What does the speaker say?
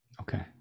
Okay